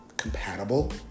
Compatible